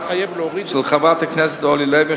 של חברת הכנסת אורלי לוי,